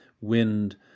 wind